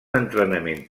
entrenament